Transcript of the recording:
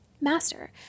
Master